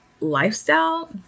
lifestyle